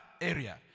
area